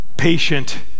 Patient